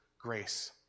grace